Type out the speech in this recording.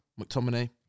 McTominay